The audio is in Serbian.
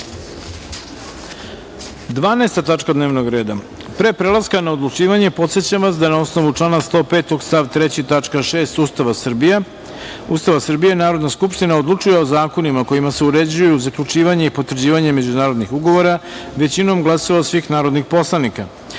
tačka dnevnog reda. Pre prelaska na odlučivanje, podsećam vas da, na osnovu člana 105. stav 3. tačka 6. Ustava Srbije, Narodna skupština odlučuje o zakonima kojima se uređuju zaključivanje i potvrđivanje međunarodnih ugovora većinom glasova svih narodnih poslanika. Stavljam